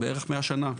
בערך 100 שנה.